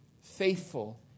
faithful